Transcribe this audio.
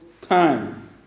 time